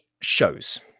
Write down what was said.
shows